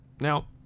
Now